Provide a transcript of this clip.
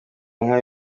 inka